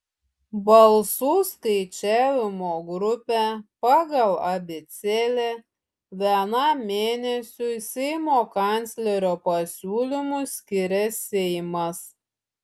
balsų skaičiavimo grupę pagal abėcėlę vienam mėnesiui seimo kanclerio pasiūlymu skiria seimas